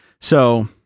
So-